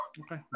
okay